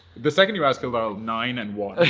the second you ask about nine and one.